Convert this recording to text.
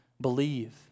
believe